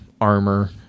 armor